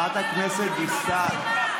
דיקטטור.